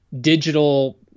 digital